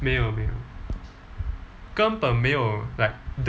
没有没有根本没有 like the